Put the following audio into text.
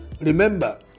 Remember